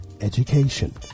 education